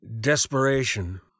desperation